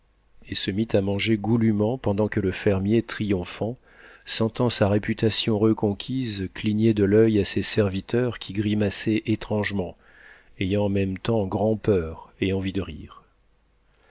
et se mit à manger goulûment pendant que le fermier triomphant sentant sa réputation reconquise clignait de l'oeil à ses serviteurs qui grimaçaient étrangement ayant en même temps grand'peur et envie de rire